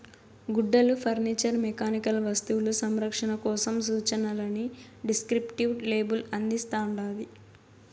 గుడ్డలు furniture mechanical వస్తువులు సంరక్షణ కోసం సూచనలని డిస్క్రిప్టివ్ లేబుల్ అందిస్తాండాది